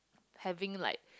having like